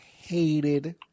hated